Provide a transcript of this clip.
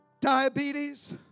diabetes